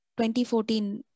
2014